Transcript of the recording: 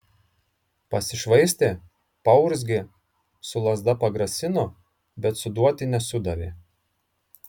pasišvaistė paurzgė su lazda pagrasino bet suduoti nesudavė